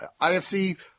ifc